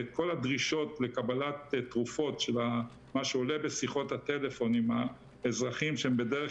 וכל הדרישות לקבלת תרופות מה שעולה בשיחות הטלפון עם האזרחים שהם בדרך